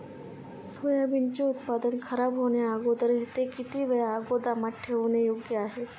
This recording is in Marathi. सोयाबीनचे उत्पादन खराब होण्याअगोदर ते किती वेळ गोदामात ठेवणे योग्य आहे?